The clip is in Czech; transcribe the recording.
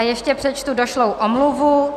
Ještě přečtu došlou omluvu.